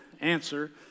answer